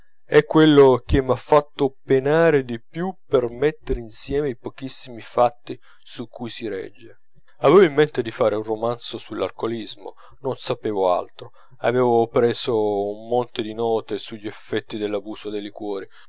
è quello che m'ha fatto penare di più per mettere insieme i pochissimi fatti su cui si regge avevo in mente di fare un romanzo sull'alcoolismo non sapevo altro avevo preso un monte di note sugli effetti dell'abuso dei liquori